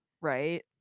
Right